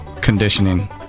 conditioning